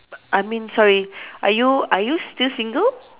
I mean sorry are you are you still single